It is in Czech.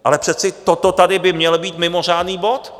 Ale přece toto tady by měl být mimořádný bod.